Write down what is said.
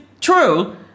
true